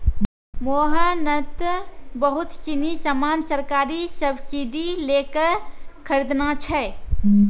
मोहन नं त बहुत सीनी सामान सरकारी सब्सीडी लै क खरीदनॉ छै